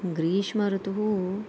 ग्रीष्म ऋतुः